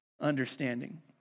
understanding